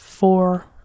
Four